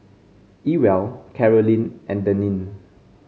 Ewell Caroline and Daneen